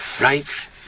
right